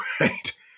right